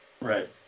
Right